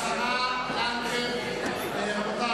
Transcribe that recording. השרה לנדבר.